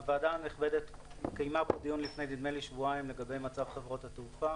הוועדה הנכבדת קיימה דיון לפני שבועיים במצב חברות התעופה.